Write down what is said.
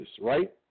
right